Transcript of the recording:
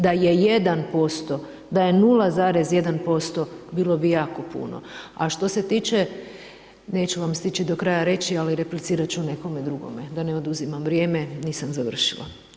Da je 1%, da je 0,1%, bilo bi jako puno a što se tiče neću vam stići do kraja reći ali replicirat ću nekome druge da ne oduzimam vrijeme, nisam završila.